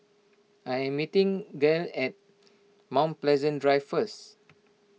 I am meeting Gael at Mount Pleasant Drive first